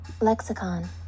Lexicon